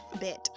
bit